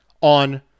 on